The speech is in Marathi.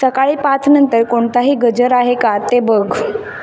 सकाळी पाचनंतर कोणताही गजर आहे का ते बघ